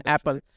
Apple